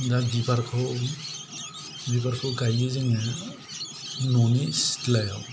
दा बिबारखौ बिबारखौ गायो जोङो न'नि सिथ्लायाव